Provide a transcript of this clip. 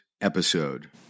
episode